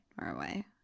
Norway